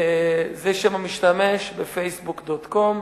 ב- Facebook.com.